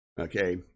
okay